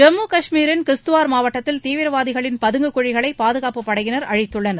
ஜம்மு காஷ்மீரின் கிஸ்துவார் மாவட்டத்தில் தீவிரவாதிகளின் பதங்கு குழிகளை பாதுகாப்புப் படையினர் அழித்துள்ளனர்